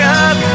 up